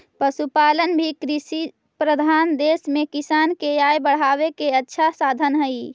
पशुपालन भी कृषिप्रधान देश में किसान के आय बढ़ावे के अच्छा साधन हइ